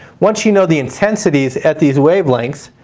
once you know the intensities at these wavelengths,